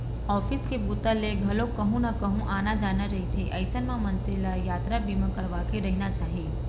office के बूता ले घलोक कहूँ न कहूँ आना जाना रहिथे अइसन म मनसे ल यातरा बीमा करवाके रहिना चाही